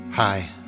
Hi